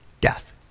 death